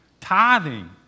Tithing